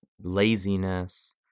laziness